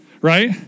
right